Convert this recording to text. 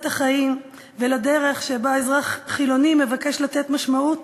החיים ולדרך שבה אזרח חילוני מבקש לתת משמעות